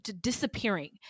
disappearing